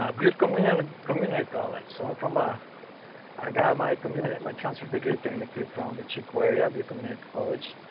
um good community community college. so i'm from i got my community, my transfer degree technically from the cheek, where you have your community college.